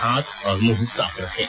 हाथ और मुंह साफ रखें